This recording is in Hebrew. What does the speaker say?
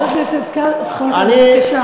חבר הכנסת זחאלקה, בבקשה.